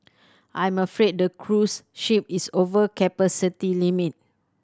I'm afraid the cruise ship is over capacity limit